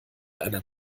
einer